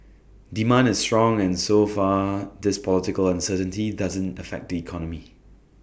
demand is strong and so far this political uncertainty doesn't affect the economy